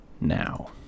now